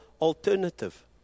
alternative